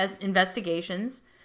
investigations